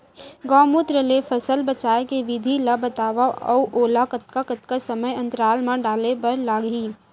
गौमूत्र ले फसल बचाए के विधि ला बतावव अऊ ओला कतका कतका समय अंतराल मा डाले बर लागही?